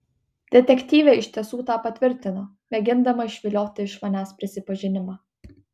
detektyvė iš tiesų tą patvirtino mėgindama išvilioti iš manęs prisipažinimą